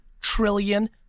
trillion